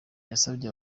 yasabye